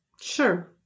Sure